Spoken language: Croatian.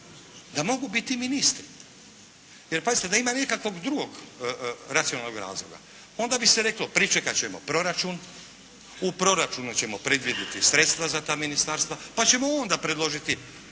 da mogu biti ministri. Jer pazite, da ima nekakvog drugog racionalnog razloga onda bi se reklo pričekat ćemo proračun, u proračunu ćemo predvidjeti sredstva za ta ministarstva pa ćemo onda predložiti